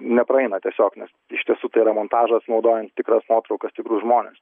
nepraeina tiesiog nes iš tiesų tai yra montažas naudojant tikras nuotraukas tikrus žmones